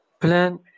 plan